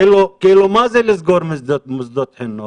כאילו מה זה לסגור מוסדות חינוך?